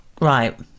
Right